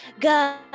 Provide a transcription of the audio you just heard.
God